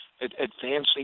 advancing